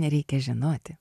nereikia žinoti